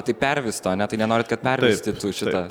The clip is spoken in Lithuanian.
tai pervysto ane tai nenorit kad pervystytų šito